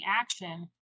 action